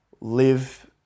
live